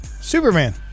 superman